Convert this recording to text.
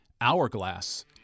Hourglass